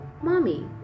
Mommy